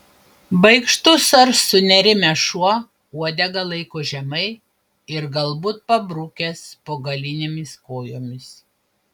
baikštus ar sunerimęs šuo uodegą laiko žemai ir galbūt pabrukęs po galinėmis kojomis